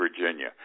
Virginia